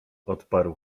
odparł